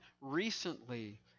recently